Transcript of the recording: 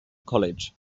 college